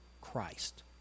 Christ